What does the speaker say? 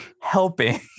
helping